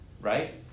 right